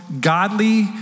godly